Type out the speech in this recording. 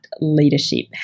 leadership